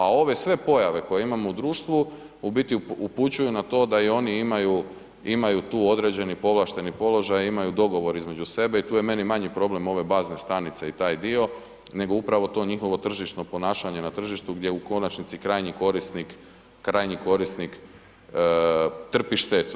A ove sve pojave koje imamo u društvu u biti upućuju na to da i oni imaju tu određeni povlašteni položaj, imaju dogovor između sebe i tu je meni manji problem ove bazne stanice i taj dio, nego upravo to njihovo tržišno ponašanje na tržištu gdje u konačnici krajnji korisnik, krajnji korisnik trpi štetu.